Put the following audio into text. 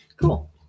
Cool